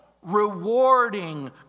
rewarding